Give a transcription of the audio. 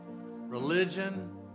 religion